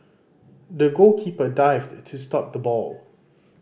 the goalkeeper dived to stop the ball